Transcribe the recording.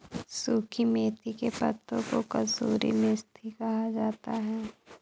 सुखी मेथी के पत्तों को कसूरी मेथी कहा जाता है